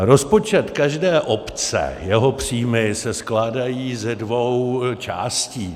Rozpočet každé obce, jeho příjmy, se skládají ze dvou částí.